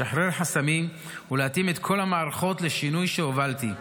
לשחרר חסמים ולהתאים את כל המערכות לשינוי שהובלתי,